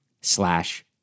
slash